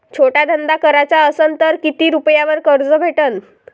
छोटा धंदा कराचा असन तर किती रुप्यावर कर्ज भेटन?